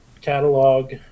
catalog